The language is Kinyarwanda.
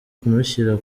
kumushyira